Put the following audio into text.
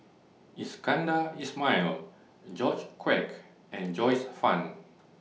Iskandar Ismail George Quek and Joyce fan